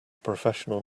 professional